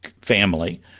family